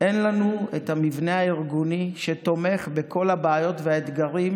אין לנו את המבנה הארגוני שתומך בכל הבעיות והאתגרים